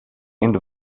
end